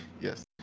Yes